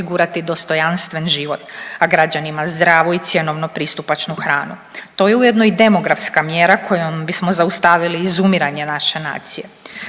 osigurati dostojanstven život, a građanima zdravu i cjenovno pristupačnu hranu. To je ujedno i demografska mjera kojom bismo zaustavili izumiranje naše nacije.